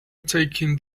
taking